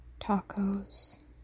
tacos